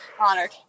Honored